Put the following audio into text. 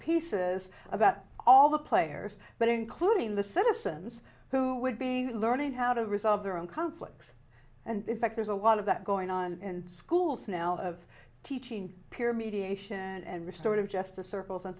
pieces about all the players but including the citizens who would be learning how to resolve their own conflicts and in fact there's a lot of that going on in schools now of teaching peer mediation and restart of justice circles and